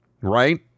right